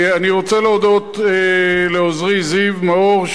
אני רוצה להודות לעוזרי זיו מאור,